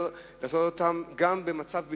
יותר לעשות אותם, גם במצב ביטחוני,